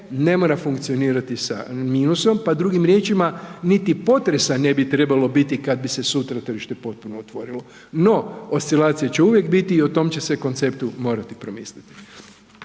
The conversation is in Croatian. ne mora funkcionirati sa minusom, pa drugim riječima niti potresa ne bi trebalo biti kad bi se sutra tržište potpuno otvorilo. No oscilacije će uvijek biti i o tom će se konceptu morati promisliti.